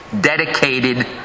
dedicated